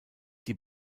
die